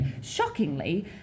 shockingly